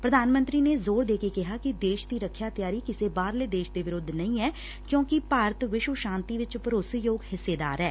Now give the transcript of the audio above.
ਪ੍ਰਧਾਨ ਮੰਤਰੀ ਨੇ ਜ਼ੋਰ ਦੇ ਕੇ ਕਿਹਾ ਕਿ ਦੇਸ਼ ਦੀ ਰੱਖਿਆ ਤਿਆਰੀ ਕਿਸੇ ਬਾਹਰਲੇ ਦੇਸ਼ ਦੇ ਵਿਰੁੱਧ ਨਹੀ ਐ ਕਿਊਕਿ ਭਾਰਤ ਵਿਸ਼ਵ ਸ਼ਾਂਤੀ ਵਿਚ ਭਰੋਸੇਯੋਗ ਹਿੱਸੇਦਾਰ ਐ